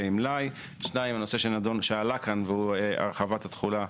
לדעתי אלה הנושאים שהיו ולא נמצאים כרגע בהצעה המאוחדת.